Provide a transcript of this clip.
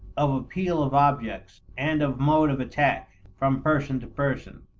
of appeal of objects, and of mode of attack, from person to person.